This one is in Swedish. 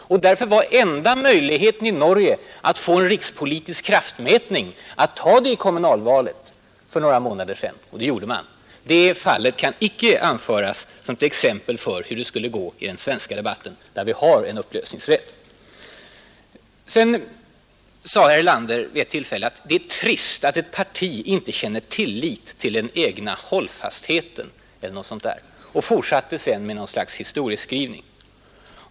Därför var enda möjligheten i Norge att få en rikspolitisk kraftmätning att ta den i kommunalvalet för några månader sedan. Det gjorde man. Det fallet kan därför inte anföras som ett exempel på hur det skulle gå här i Sverige, där vi ju har en upplösningsrätt. Vid ett tillfälle i sitt inlägg sade herr Erlander att det är trist att ett parti inte känner tillit till den egna hållfastheten, eller någonting sådant, och fortsatte sedan med ett slags historieskrivning.